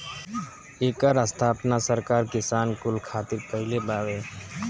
एकर स्थापना सरकार किसान कुल खातिर कईले बावे